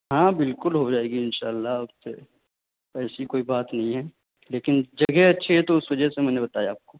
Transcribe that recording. ہاں بالکل ہو جائے گی ان شاء اللہ آپ سے ایسی کوئی بات نہیں ہیں لیکن جگہ اچھی ہے تو اس وجہ سے میں نے بتایا آپ کو